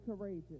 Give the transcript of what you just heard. courageous